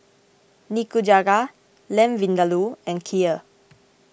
Nikujaga Lamb Vindaloo and Kheer